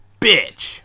bitch